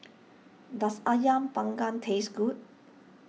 does Ayam Panggang taste good